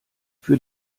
für